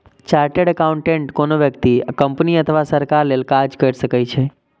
chartered accountant कोनो व्यक्ति, company अथवा सरकार लेल काज कैर सकै छै